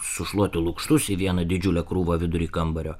sušluoti lukštus į vieną didžiulę krūvą vidury kambario